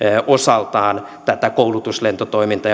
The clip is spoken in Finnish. osaltaan tätä koulutuslentotoimintaa